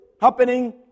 happening